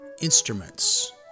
instruments